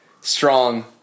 strong